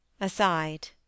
Aside